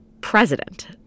president